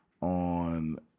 on